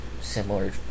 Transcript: similar